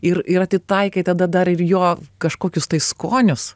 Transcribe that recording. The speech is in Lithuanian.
ir ir atitaikai tada dar ir jo kažkokius tai skonius